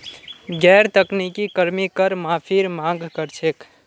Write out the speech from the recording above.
गैर तकनीकी कर्मी कर माफीर मांग कर छेक